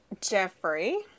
Jeffrey